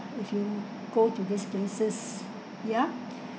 if you go to these places ya